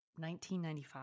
1995